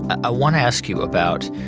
i want to ask you about